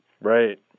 Right